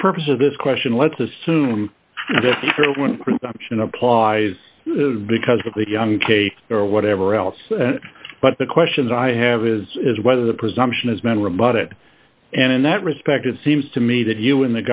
purposes of this question let's assume that one in applies because of the young case or whatever else but the questions i have is is whether the presumption is men rebut it and in that respect it seems to me that you and